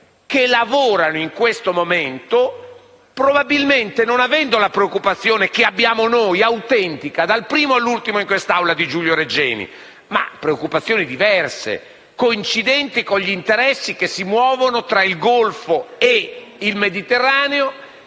che lavorano in questo momento probabilmente non avendo la preoccupazione che abbiamo noi (autentica, dal primo all'ultimo in quest'Assemblea) di Giulio Regeni, ma preoccupazioni diverse, coincidenti con gli interessi che si muovono tra il Golfo e il Mediterraneo